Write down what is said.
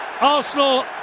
Arsenal